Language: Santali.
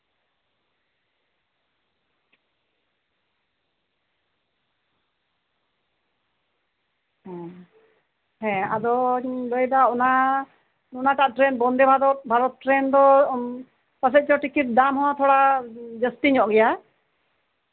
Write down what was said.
ᱦᱩᱸ ᱦᱮᱸ ᱟᱫᱚᱧ ᱞᱟᱹᱭᱮᱫᱟ ᱚᱱᱟᱴᱟᱜ ᱴᱨᱮᱱ ᱵᱚᱱᱫᱮᱵᱷᱟᱨᱚᱛ ᱴᱨᱮᱱ ᱛᱮᱫᱚ ᱴᱤᱠᱤᱴ ᱯᱟᱞᱮᱜ ᱪᱚ ᱛᱷᱚᱲᱟ ᱫᱟᱢ ᱦᱚᱸ ᱛᱷᱚᱲᱟ ᱡᱟᱥᱛᱤ ᱧᱚᱜ ᱜᱮᱭᱟ